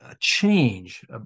change